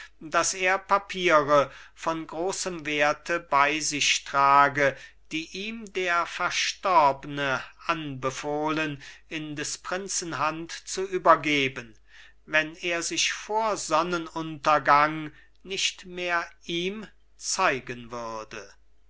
daß er papiere von großem werte bei sich trage die ihm der verstorbne anbefohlen in des prinzen hand zu übergeben wenn er sich vor sonnenuntergang nicht mehr ihm zeigen würde